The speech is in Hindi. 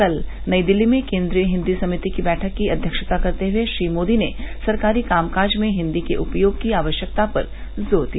कल नई दिल्ली में केन्द्रीय हिन्दी समिति की बैठक की अध्यक्षता करते हुए श्री मोदी ने सरकारी कामकाज में हिन्दी के उपयोग की आवश्यकता पर जोर दिया